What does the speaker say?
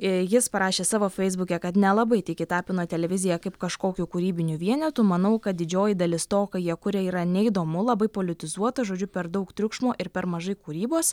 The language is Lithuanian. jis parašė savo feisbuke kad nelabai tiki tapino televizija kaip kažkokiu kūrybiniu vienetu manau kad didžioji dalis to ką jie kuria yra neįdomu labai politizuota žodžiu per daug triukšmo ir per mažai kūrybos